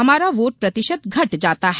हमारा वोट प्रतिशत घट जाता है